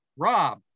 Rob